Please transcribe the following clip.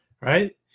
right